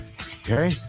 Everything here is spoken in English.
Okay